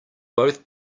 both